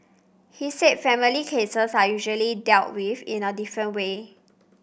he said family cases are usually dealt with in a different way